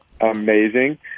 Amazing